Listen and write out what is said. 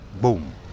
Boom